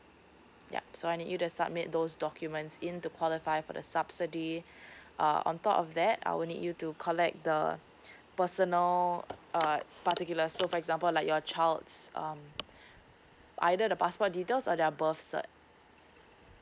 yup so I need you to submit those documents in to qualify for the subsidy uh on top of that I will need you to collect the personal uh particular so for example like your child it's um either the passport details or their birth cert